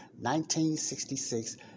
1966